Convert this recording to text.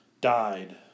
died